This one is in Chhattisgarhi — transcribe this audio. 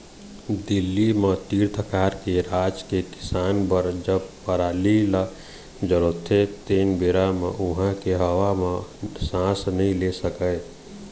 दिल्ली म तीर तखार के राज के किसान बर जब पराली ल जलोथे तेन बेरा म उहां के हवा म सांस नइ ले सकस